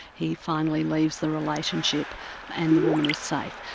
he finally leaves the relationship and the woman is safe.